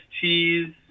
cheese